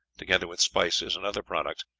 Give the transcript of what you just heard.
together with spices and other products,